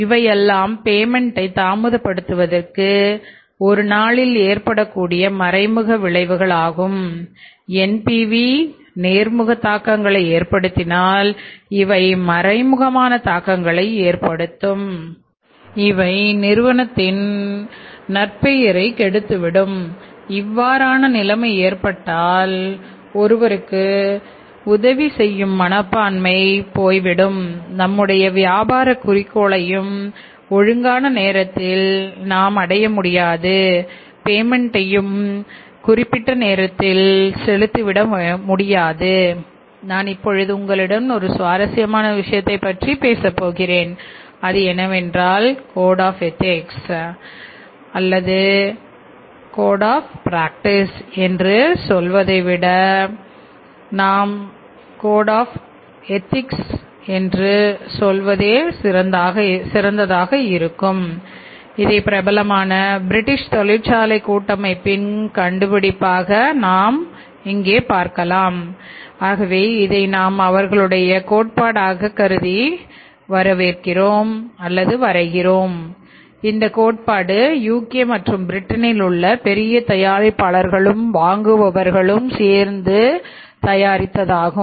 I இவையெல்லாம் பேமென்ட்டை செலுத்திவிட வேண்டும் நான் இப்பொழுது உங்களிடம் ஒரு சுவாரசியமான விஷயத்தை பற்றி பேசப்போகிறேன் அது என்னவென்றால் கோடு ஆப் எதிக்ஸ் மற்றும் பிரிட்டனில் உள்ள பெரிய தயாரிப்பாளர்களும் வாங்குபவர்களும் சேர்ந்து இதை தயாரித்திருக்கிறார்கள்